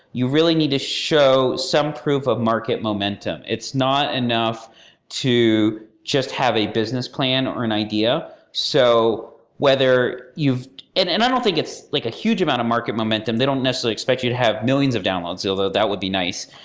you really need to show some proof of market momentum. it's not enough to just have a business plan or an idea. so and and i don't think it's like a huge amount of market momentum. they don't necessarily expect you to have millions of downloads, although that would be nice.